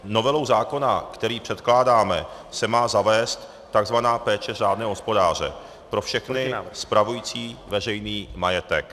Novelou zákona, který předkládáme, se má zavést takzvaná péče řádného hospodáře pro všechny spravující veřejný majetek.